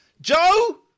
Joe